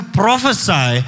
prophesy